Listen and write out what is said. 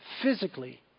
physically